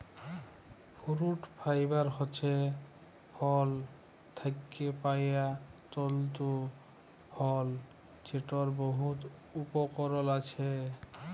fruit fibre হছে ফল থ্যাকে পাউয়া তল্তু ফল যেটর বহুত উপকরল আছে